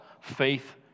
faith